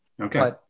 Okay